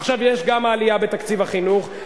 עכשיו יש גם העלייה בתקציב החינוך,